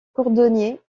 cordonnier